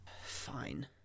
Fine